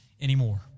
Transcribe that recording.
anymore